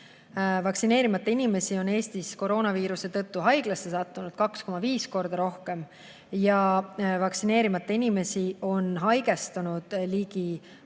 Vaktsineerimata inimesi on Eestis koroonaviiruse tõttu haiglasse sattunud 2,5 korda rohkem ja vaktsineerimata inimesi on haigestunud ligi 2,5